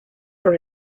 for